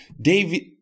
David